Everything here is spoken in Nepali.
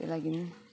त्यो लागि